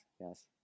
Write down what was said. Yes